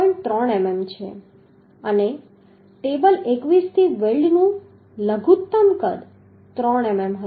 3 મીમી હશે અને ટેબલ 21 થી વેલ્ડનું લઘુત્તમ કદ 3 મીમી હશે